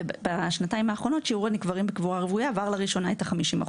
ובשנתיים האחרונות שיעור הנקברים בקבורה הרוויה עבר לראשונה את ה-50%.